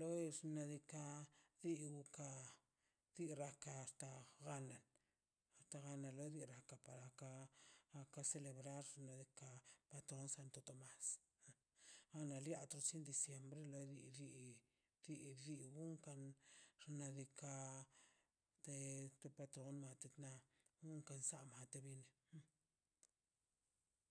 loi xnaꞌ diikaꞌ diu diikaꞌ tirrakas ganl trane legue a ka para ke a ka para celebrar nedika patron santo tomas a la lia to sindiko siempre lo di di bi- bi bi bon ka xnaꞌ diikaꞌ te patron mate bin.